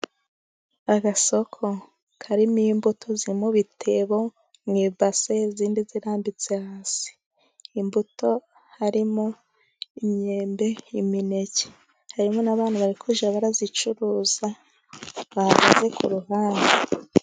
Agasoko karimo imbuto ziri mu bitebo mu ibase izindi zirambitse hasi, imbuto harimo imyembe, imineke, harimo n'abantu bari kujya barazicuruza bahagaze ku ruhande.